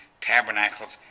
tabernacles